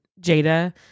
Jada